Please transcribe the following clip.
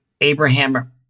Abraham